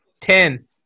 ten